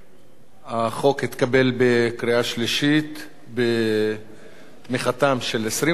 החוק התקבל בקריאה שלישית בתמיכתם של 23 חברי כנסת,